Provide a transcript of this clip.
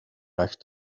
back